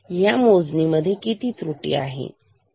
आणि ह्या मोजणी मध्ये किती त्रुटी आहे